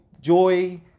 Joy